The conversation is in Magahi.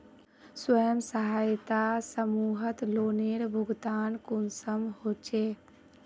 स्वयं सहायता समूहत लोनेर भुगतान कुंसम होचे?